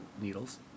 needles